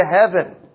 heaven